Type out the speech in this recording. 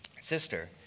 Sister